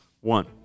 one